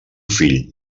fill